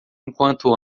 enquanto